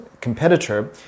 competitor